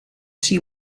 see